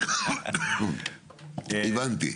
הבנתי.